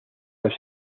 los